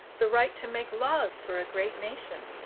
the right to make laws for a great nation.